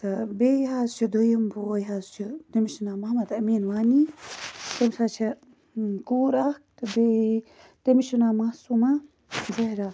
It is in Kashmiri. تہٕ بیٚیہِ حظ چھُ دوٚیِم بوے حظ چھُ تمس چھُ ناو محمد امیٖن وانی تٔمِس حظ چھِ کوٗر اکھ تہٕ بیٚیہِ تٔمِس چھُ ناو معصوما زہرا